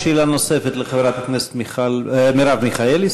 שאלה נוספת לחברת הכנסת מרב מיכאלי,